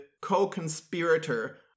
co-conspirator